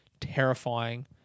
terrifying